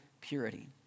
purity